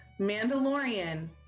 Mandalorian